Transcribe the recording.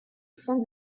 cent